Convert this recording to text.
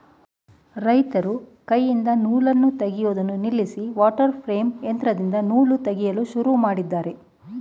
ರೈತರು ಕೈಯಿಂದ ನೂಲನ್ನು ತೆಗೆಯುವುದನ್ನು ನಿಲ್ಲಿಸಿ ವಾಟರ್ ಪ್ರೇಮ್ ಯಂತ್ರದಿಂದ ನೂಲು ತೆಗೆಯಲು ಶುರು ಮಾಡಿದ್ದಾರೆ